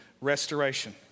restoration